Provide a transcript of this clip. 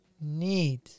need